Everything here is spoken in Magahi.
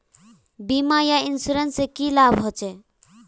बीमा या इंश्योरेंस से की लाभ होचे?